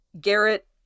Garrett